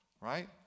right